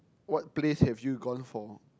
what place have you gone for